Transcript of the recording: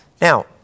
Now